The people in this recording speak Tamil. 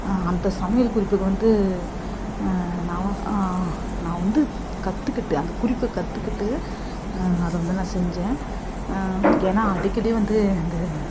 அந்த சமையல் குறிப்பை வந்து நான் நான் வந்து கற்றுக்கிட்டு அந்த குறிப்பை கற்றுக்கிட்டு அதை வந்து நான் செஞ்சேன் ஏன்னால் அடிக்கடி வந்து அது